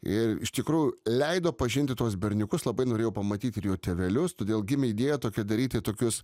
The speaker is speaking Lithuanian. ir iš tikrų leido pažinti tuos berniukus labai norėjau pamatyt ir jo tėvelius todėl gimė idėja tokia daryti tokius